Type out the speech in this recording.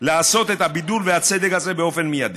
לעשות את הבידול והצדק הזה באופן מיידי.